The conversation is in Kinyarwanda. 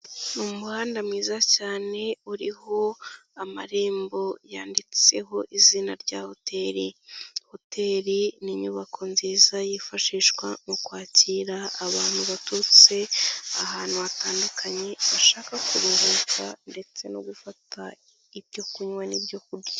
Umuhanda mwiza cyane uriho amarembo yanditseho izina rya hoteli, hoteli ni inyubako nziza yifashishwa mu kwakira abantu baturutse ahantu hatandukanye, bashaka kuruhuka ndetse no gufata ibyo kunywa n'ibyo kurya.